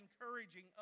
encouraging